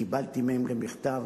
קיבלתי מהם גם מכתב,